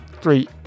Three